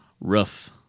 rough